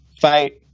fight